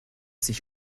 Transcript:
sich